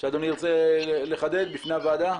שאדוני רוצה לחדד בפני הוועדה?